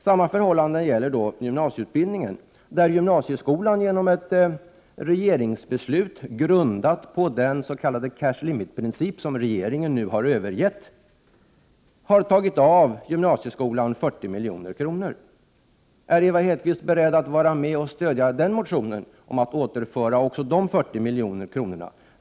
Samma förhållande gäller gymnasieutbildningen. Gymnasieskolan har genom ett regeringsbeslut, grundat på den s.k. cashlimit-princip som regeringen nu har övergett, blivit av med 40 milj.kr. Är Ewa Hedkvist Petersen beredd att stödja motionen om att återföra också dessa 40 milj.kr.